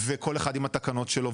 וכל אחד עם התקנות שלו.